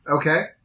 Okay